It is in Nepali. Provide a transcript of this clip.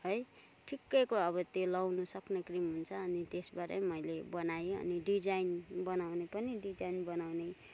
है ठिक्कैको अब त्यो लाउनु सक्ने क्रिम हुन्छ अनि त्यसबाटै मैले बनाएँ अनि डिजाइन बनाउने पनि डिजाइन बनाउने